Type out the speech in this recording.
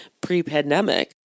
pre-pandemic